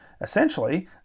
essentially